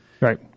Right